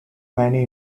many